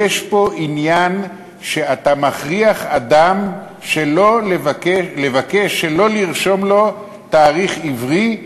יש פה עניין שאתה מכריח אדם לבקש שלא לרשום לו תאריך עברי,